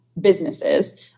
businesses